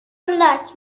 لاک